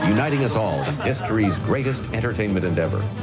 uniting us all in history's greatest entertainment endeavor,